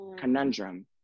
conundrum